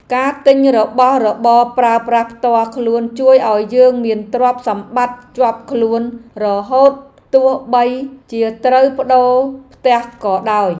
ការទិញរបស់របរប្រើប្រាស់ផ្ទាល់ខ្លួនជួយឱ្យយើងមានទ្រព្យសម្បត្តិជាប់ខ្លួនរហូតទោះបីជាត្រូវប្ដូរផ្ទះក៏ដោយ។